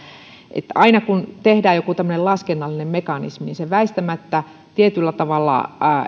että aina kun tehdään joku tämmöinen laskennallinen mekanismi se väistämättä tietyllä tavalla